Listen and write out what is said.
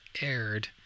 aired